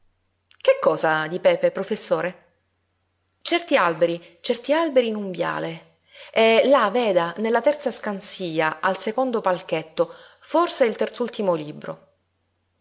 che cosa di pepe professore certi alberi certi alberi in un viale là veda nella terza scansia al secondo palchetto forse il terz'ultimo libro